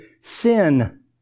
sin